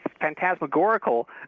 phantasmagorical